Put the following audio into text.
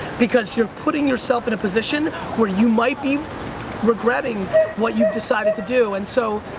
because you're putting yourself in a position where you might be regretting what you've decided to do, and so,